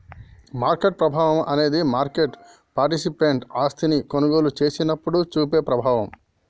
market ప్రభావం అనేది market participant ఆస్తిని కొనుగోలు చేసినప్పుడు చూపే ప్రభావం